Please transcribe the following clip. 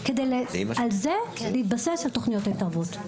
כדי להתבסס עליהם בתוכניות ההתערבות.